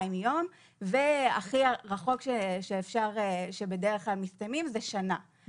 יום והכי רחוק שבדרך כלל מסתיימים זה שנה,